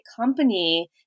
company